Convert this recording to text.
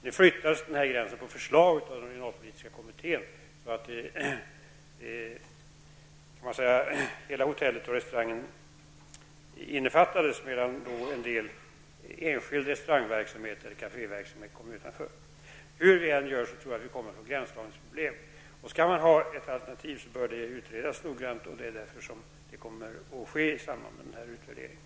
Nu flyttas gränsen på förslag av regionalpolitiska kommittén så att hela hotellet med restaurang innefattas med i avgiften medan enskild restaurang eller kaféverksamhet kommer utanför. Hur vi än gör kommer det att bli gränsdragningsproblem. Om det skall finnas ett alternativ bör det utredas noggrant. Det kommer att ske i samband med utvärderingen.